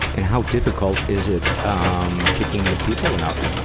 and how difficult is it um kicking the people out?